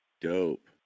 Dope